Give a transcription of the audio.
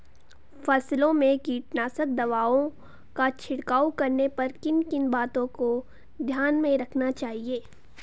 फसलों में कीटनाशक दवाओं का छिड़काव करने पर किन किन बातों को ध्यान में रखना चाहिए?